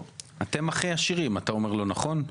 אתם הכי עשירים, אתה אומר לא נכון?